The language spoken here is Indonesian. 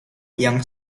yang